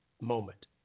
moment